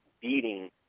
beating